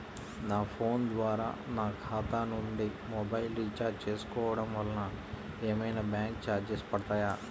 నా ఫోన్ ద్వారా నా ఖాతా నుండి మొబైల్ రీఛార్జ్ చేసుకోవటం వలన ఏమైనా బ్యాంకు చార్జెస్ పడతాయా?